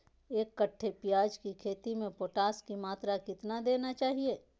एक कट्टे प्याज की खेती में पोटास की मात्रा कितना देना चाहिए?